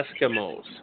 Eskimos